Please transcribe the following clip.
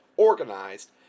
organized